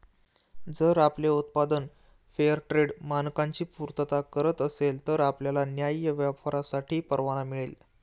जर आपले उत्पादन फेअरट्रेड मानकांची पूर्तता करत असेल तर आपल्याला न्याय्य व्यापारासाठी परवाना मिळेल